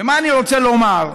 ומה אני רוצה לומר,